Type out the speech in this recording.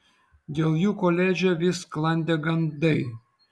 dėl jų koledže vis sklandė gandai